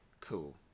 Cool